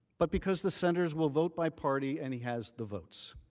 but because the senators will vote by party and he has the votes